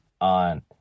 on